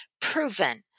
proven